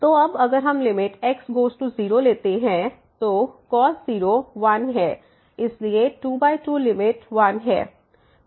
तो अब अगर हम लिमिट x गोज़ टू 0 लेते हैं तो cos 0 1 है इसलिए 22 लिमिट 1 है